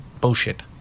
bullshit